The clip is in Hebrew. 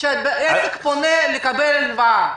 כשעסק פונה לבנק לקבל הלוואה,